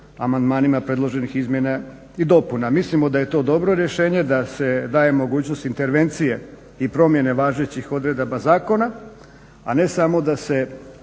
amandmanima predloženih izmjena i dopuna. Mislimo da je to dobro rješenje da se daje mogućnost intervencije i promjene važećih odredaba zakona, a ne samo da se